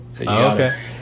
okay